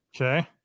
Okay